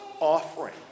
offering